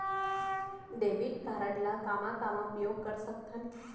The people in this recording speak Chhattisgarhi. डेबिट कारड ला कामा कामा उपयोग कर सकथन?